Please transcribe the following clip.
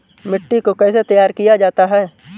मिट्टी को कैसे तैयार किया जाता है?